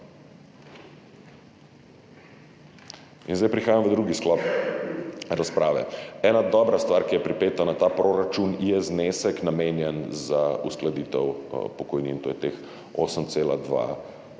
Zdaj prihajam v drugi sklop razprave. Ena dobra stvar, ki je pripeta na ta proračun, je znesek, namenjen za uskladitev pokojnin, to je teh 8,2